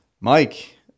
Mike